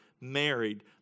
married